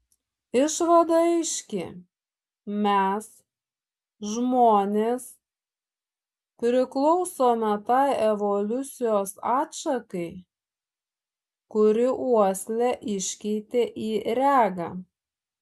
išvada aiški mes žmonės priklausome tai evoliucijos atšakai kuri uoslę iškeitė į regą